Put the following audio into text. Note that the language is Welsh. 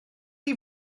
chi